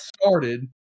started